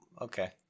okay